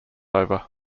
over